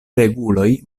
reguloj